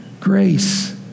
grace